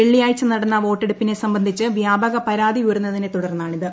വെള്ളിയാഴ്ച നടന്ന വോട്ടെടുപ്പിനെ സംബന്ധിച്ച് വ്യാപക പരാതി ഉയർന്നതിനെ തുടർന്നാണിത്